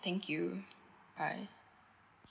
thank you bye